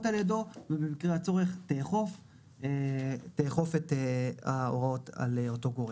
על ידו ובמקרה הצורך תאכוף את ההוראות על ידי אותו הגורם.